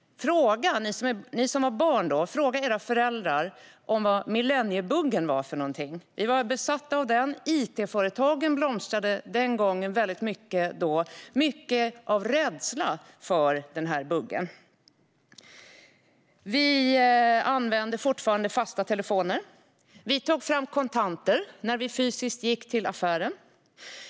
Ni som var barn då, fråga era föräldrar vad millenniebuggen var för något! Vi var besatta av den. Itföretagen blomstrade då, mycket på grund av vår rädsla för denna bugg. Vi använde fortfarande fasta telefoner. Vi tog fram kontanter när vi fysiskt gick till affären.